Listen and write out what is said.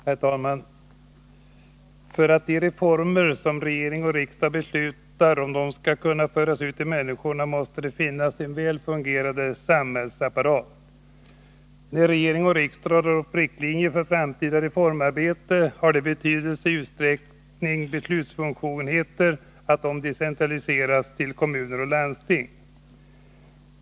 Herr talman! För att de reformer som regering och riksdag beslutar om skall kunna föras ut till människorna måste det finnas en väl fungerande samhällsapparat. När regering och riksdag har dragit upp riktlinjerna för framtida reformarbete har i stor utsträckning beslutsbefogenheter decentraliserats till kommuner och landsting.